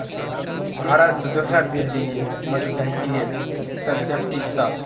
अब भारतसँ दोसर देश जैयै मोटर साइकिलेसँ सब सेफ़्टीके साथ